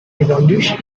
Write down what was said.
revolution